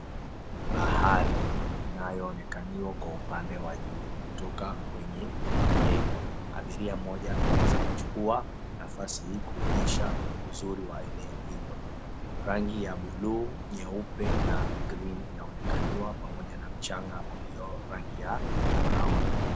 Bahari inayoonekaniwa kwa upande wa juu kutoka kwenye ndege, abiria mmoja ameweza kuchukua fursa hii kuwaonyesha uzuri wa eneo hilo. Rangi ya bluu, nyeupe na green inaonekaniwa pamoja na rangi ya brown .